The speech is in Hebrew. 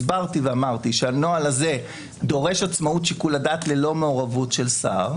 הסברתי ואמרתי שהנוהל הזה דורש עצמאות שיקול הדעת ללא מעורבות של שר.